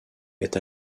est